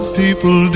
people